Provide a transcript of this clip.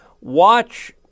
watch